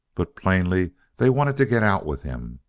but plainly they wanted to get out with him.